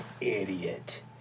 idiot